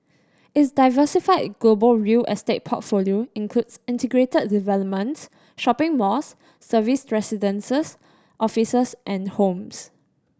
its diversified global real estate portfolio includes integrated developments shopping malls serviced residences offices and homes